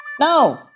No